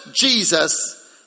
Jesus